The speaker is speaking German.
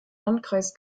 landkreis